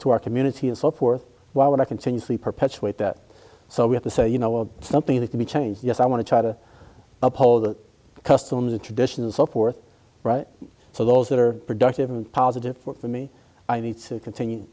to our community and so forth why would i continuously perpetuate that so we have to say you know something that can be changed yes i want to try to uphold the customs and traditions so forth so those that are productive and positive for me i need to continue